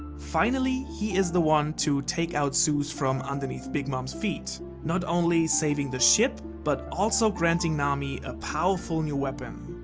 finally, he is the one to take out zeus from underneath big mom's feet, not only saving the ship but also granting nami a powerful new weapon.